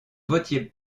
votiez